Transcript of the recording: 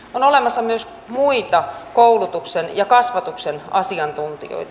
on olemassa myös muita koulutuksen ja kasvatuksen asiantuntijoita